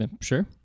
Sure